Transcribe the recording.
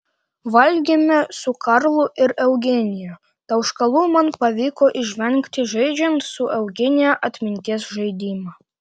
valgėme su karlu ir eugenija tauškalų man pavyko išvengti žaidžiant su eugenija atminties žaidimą